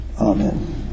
Amen